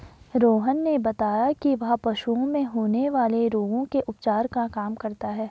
रोहन ने बताया कि वह पशुओं में होने वाले रोगों के उपचार का काम करता है